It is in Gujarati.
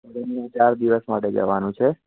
અરે એમ નહીં ચાર દિવસ માટે જવાનું છે